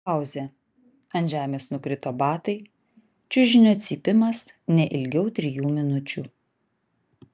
pauzė ant žemės nukrito batai čiužinio cypimas ne ilgiau trijų minučių